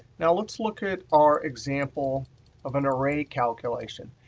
now, let's look at our example of an array calculation.